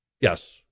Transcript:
yes